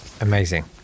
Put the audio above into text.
amazing